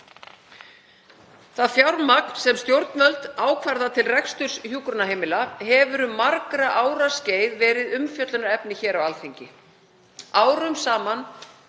Það fjármagn sem stjórnvöld ákvarða til reksturs hjúkrunarheimila hefur um margra ára skeið verið umfjöllunarefni á Alþingi. Árum saman